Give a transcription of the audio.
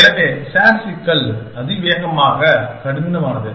எனவே SAT சிக்கல் அதிவேகமாக கடினமானது